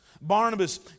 Barnabas